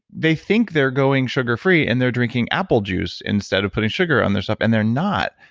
they think they're going sugar-free and they're drinking apple juice instead of putting sugar on their stuff and they're not.